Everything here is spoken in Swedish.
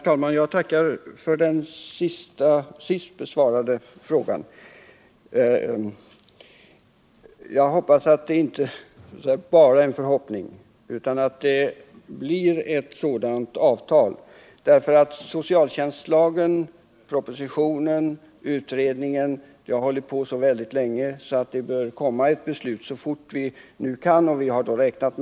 Herr talman! Jag tackar för den sist besvarade frågan. Jag hoppas att det inte bara är en förhoppning utan att ett sådant avtal verkligen kommer till stånd. Arbetet med utredningen och propositionen om socialtjänstlagen har pågått mycket länge. Det bör därför komma ett beslut så fort som möjligt.